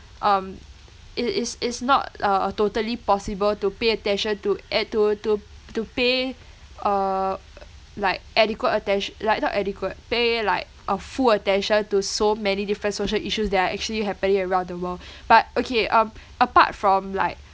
um it it's it's not uh totally possible to pay attention to ad~ to to to pay uh like adequate attenti~ like not adequate pay like uh full attention to so many different social issues that are actually happening around the world but okay um apart from like